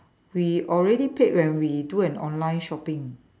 we already paid when we do an online shopping